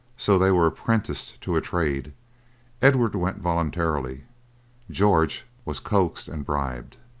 so they were apprenticed to a trade edward went voluntarily george was coaxed and bribed.